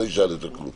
אני לא אשאל יותר כלום.